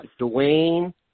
Dwayne